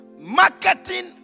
marketing